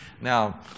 Now